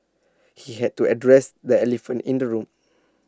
he had to address the elephant in the room